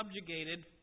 subjugated